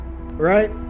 right